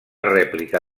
rèplica